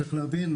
צריך להבין,